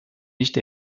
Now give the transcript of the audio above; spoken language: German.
nicht